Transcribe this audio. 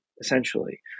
essentially